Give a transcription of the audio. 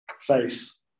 face